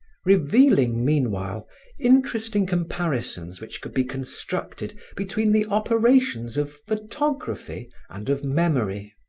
revealing meanwhile interesting comparisons which could be constructed between the operations of photography and of memory.